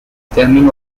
termine